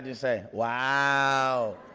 say? wow